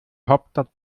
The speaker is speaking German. hauptstadt